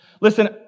Listen